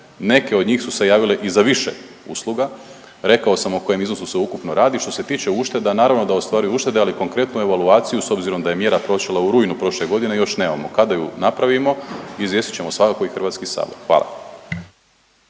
neke od njih su se javile i za više usluga, rekao sam o kojem iznosu se ukupno radi. Što se tiče ušteda, naravno da ostvaruju uštede, ali konkretno evaluaciju s obzirom da je mjera počela u rujnu prošle godine još nemamo, kada ju napravimo izvijestit ćemo svakako i HS, hvala.